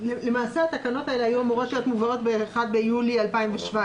למעשה התקנות האלה היו אמורות להיות מובאות ב-1 ביולי 2017,